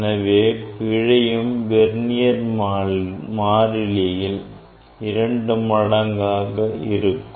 எனவே பிழையும் வெர்னியர் மாறிலியின் இரண்டு மடங்கு இருக்கும்